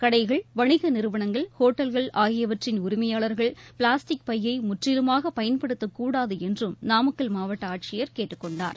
கடைகள் வணிக நிறுவனங்கள் ஹோட்டல்கள் ஆகியவற்றின் உரிமையாளர்கள் பிளாஸ்டிக் பையை முற்றிலுமாக பயன்படுத்தக் கூடாது என்றும் நாமக்கல் மாவட்ட ஆட்சியர் கேட்டுக்கொண்டார்